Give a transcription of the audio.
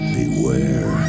beware